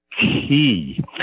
key